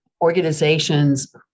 organizations